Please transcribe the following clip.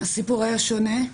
הסיפור היה שונה.